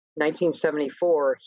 1974